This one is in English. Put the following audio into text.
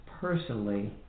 personally